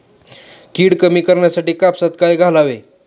कीड कमी करण्यासाठी कापसात काय घालावे?